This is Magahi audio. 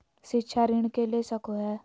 शिक्षा ऋण के ले सको है?